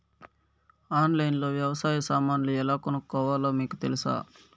ఆన్లైన్లో లో వ్యవసాయ సామాన్లు ఎలా కొనుక్కోవాలో మీకు తెలుసా?